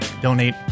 donate